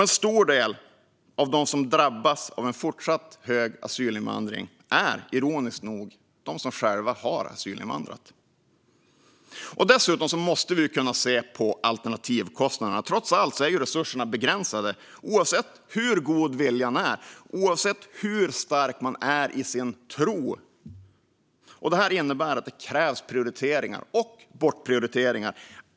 En stor del av dem som drabbas mest av en fortsatt hög asylinvandring är ironiskt nog de som själva har asylinvandrat. Dessutom måste vi kunna se på alternativkostnaderna. Trots allt är ju resurserna begränsade, oavsett hur god viljan är eller hur stark man är i sin tro. Det innebär att det krävs prioriteringar och bortprioriteringar.